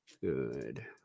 good